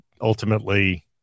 ultimately